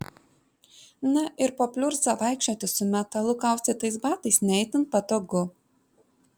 na ir po pliurzą vaikščioti su metalu kaustytais batais ne itin patogu